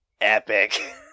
epic